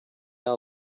all